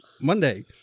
Monday